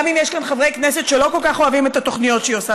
גם אם יש כאן חברי כנסת שלא כל כך אוהבים את התוכניות שהיא עושה,